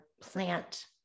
plant